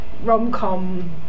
rom-com